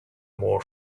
more